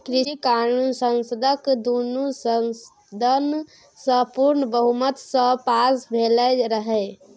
कृषि कानुन संसदक दुनु सदन सँ पुर्ण बहुमत सँ पास भेलै रहय